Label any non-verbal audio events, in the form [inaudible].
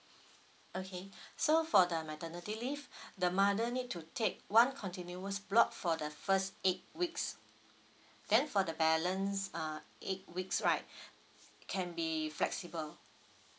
okay so for the maternity leave [breath] the mother need to take one continuous block for the first eight weeks then for the balance uh eight !!weeks right can be flexible